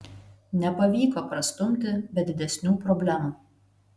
nepavyko prastumti be didesnių problemų